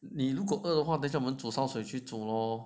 你如果饿的的话等一下我们煮烧水去煮咯